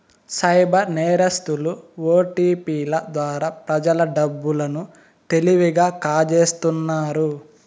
cyber నేరస్తులు ఓటిపిల ద్వారా ప్రజల డబ్బు లను తెలివిగా కాజేస్తున్నారు